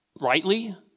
rightly